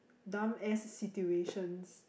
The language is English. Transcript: dumb ass situations